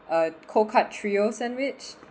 uh cocotte trio sandwich